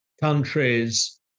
countries